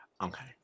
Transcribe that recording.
Okay